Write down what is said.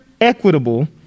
equitable